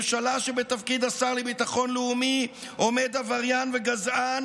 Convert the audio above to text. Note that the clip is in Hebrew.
ממשלה שבתפקיד השר לביטחון לאומי עומד עבריין וגזען